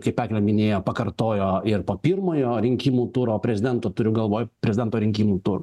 kaip minėjo pakartojo ir po pirmojo rinkimų turo prezidento turiu galvoj prezidento rinkimų turą